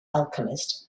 alchemist